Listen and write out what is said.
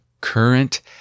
current